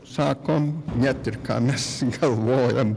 sakom net ir ką mes galvojam